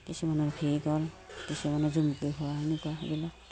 কিছুমানৰ ভি গল কিছুমানৰ জুমুকি খোৱা এনেকুৱা সেইবিলাক